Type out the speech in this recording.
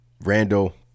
Randall